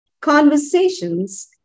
Conversations